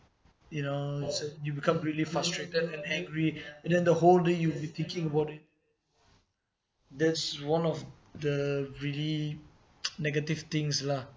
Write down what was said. you know you become really frustrated and angry and then the whole day you'll be thinking about it that's one of the really negative things lah